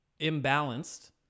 imbalanced